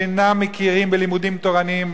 שאינם מכירים בלימודים תורניים